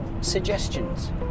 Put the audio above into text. suggestions